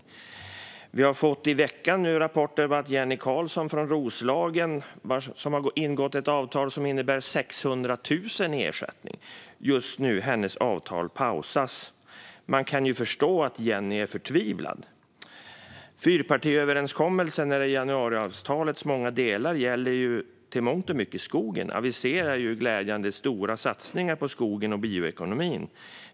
I veckan har vi fått rapporter om att det avtal som Jenny Karlsson från Roslagen har ingått, och som innebär 600 000 kronor i ersättning, har pausats. Man kan förstå att Jenny är förtvivlad. Fyrpartiöverenskommelsen om januariavtalets många delar gäller i mångt och mycket skogen. Det är glädjande att det där aviseras stora satsningar på skogen och bioekonomin.